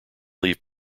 leave